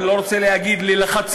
אני לא רוצה להגיד ללחצים,